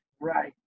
Right